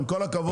עם כל הכבוד,